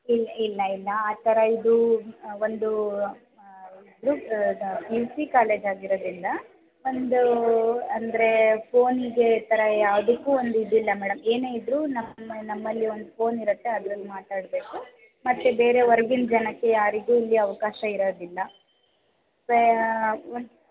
ಇಲ್ಲ ಇಲ್ಲ ಇಲ್ಲ ಆ ಥರ ಇದು ಒಂದು ಪಿ ಯು ಸಿ ಕಾಲೇಜ್ ಆಗಿರೋದ್ರಿಂದ ಒಂದು ಅಂದರೆ ಫೋನಿಗೆ ಥರ ಯಾವುದಕ್ಕೂ ಒಂದಿದಿಲ್ಲ ಮೇಡಮ್ ಏನೇ ಇದ್ದರೂ ನಮ್ ನಮ್ಮಲ್ಲಿ ಒಂದು ಫೋನ್ ಇರತ್ತೆ ಅದರಲ್ಲಿ ಮಾತಾಡಬೇಕು ಮತ್ತು ಬೇರೆ ಹೊರಗಿನ ಜನಕ್ಕೆ ಯಾರಿಗೂ ಇಲ್ಲಿ ಅವಕಾಶ ಇರೋದಿಲ್ಲ ಬೇ